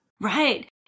Right